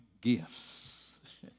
gifts